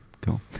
cool